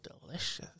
delicious